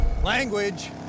Language